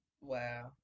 Wow